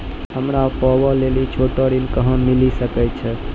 हमरा पर्वो लेली छोटो ऋण कहां मिली सकै छै?